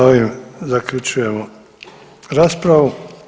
S ovim zaključujemo raspravu.